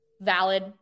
Valid